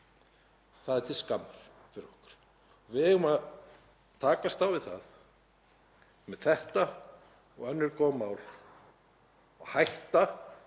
Það er til skammar fyrir okkur. Við eigum að takast á við það, með þetta og önnur góð mál, að hætta